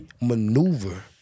maneuver